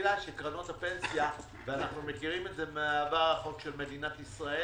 חלילה שקרנות הפנסיה - ואנחנו מכירים את זה מהעבר הרחוק של מדינת ישראל